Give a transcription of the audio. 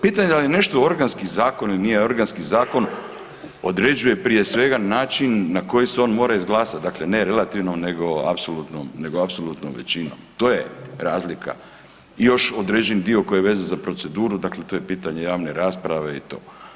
Pitanje da li je nešto organski zakon ili nije organski zakon određuje prije svega način na koji se on mora izglasat, dakle ne relativnom nego apsolutnom, nego apsolutnom većinom, to je razlika i još određeni dio koji je vezan za proceduru, dakle to je pitanje javne rasprave i to.